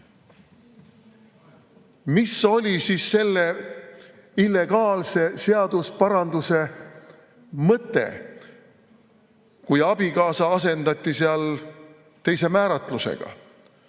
oli selle illegaalse seaduseparanduse mõte, kui sõna "abikaasa" asendati seal teise määratlusega?